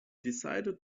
decided